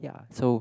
ya so